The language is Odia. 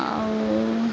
ଆଉ